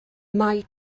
mae